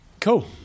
Cool